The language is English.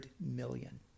million